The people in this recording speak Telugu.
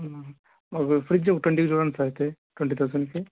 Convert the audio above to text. మాకు ఫ్రిడ్జ్ ఒక ట్వంటికి చూడండి సార్ అయితే ట్వంటి థౌసండ్కి